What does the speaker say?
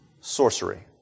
sorcery